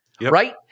right